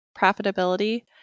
profitability